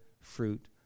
fruit